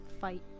fight